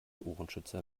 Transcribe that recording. ohrenschützer